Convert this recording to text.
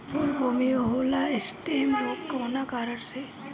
फूलगोभी में होला स्टेम रोग कौना कारण से?